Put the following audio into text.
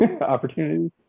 opportunities